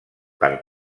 per